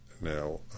now